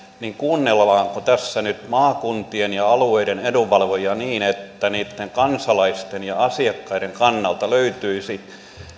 niin kuunnellaanko tässä nyt maakuntien ja alueiden edunvalvojia niin että niitten kansalaisten ja asiakkaiden kannalta löytyisi